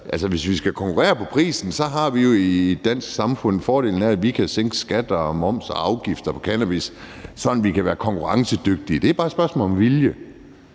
Hvis vi skal konkurrere på prisen, har vi jo i det danske samfund fordelen af, at vi kan sænke skatter og moms og afgifter på cannabis, sådan at vi kan være konkurrencedygtige. Det er bare et spørgsmål om vilje,